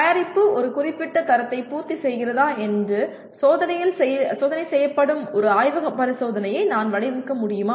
தயாரிப்பு ஒரு குறிப்பிட்ட தரத்தை பூர்த்தி செய்கிறதா என்று சோதனை செய்யப்படும் ஒரு ஆய்வக பரிசோதனையை நான் வடிவமைக்க முடியுமா